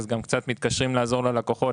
אז אנחנו מתקשים לעזור ללקוחות,